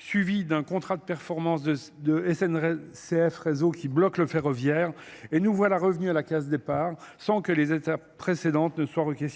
suivie d'un contrat de performance de s n c f réseau qui bloque le ferroviaire et nous voilà revenus à la case départ sans que les étapes précédentes ne soient requiers